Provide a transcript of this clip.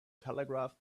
telegraph